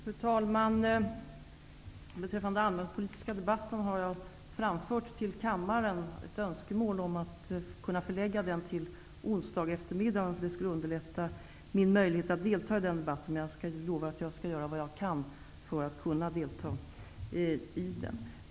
Fru talman! Beträffande den allmänpolitiska debatten har jag framfört önskemål till kammaren om att flyktingpolitiken tas upp under onsdag eftermiddag, eftersom det skulle underlätta mina möjligheter att delta i den debatten. Jag lovar emellertid att göra vad jag kan för att kunna delta i den.